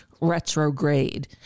retrograde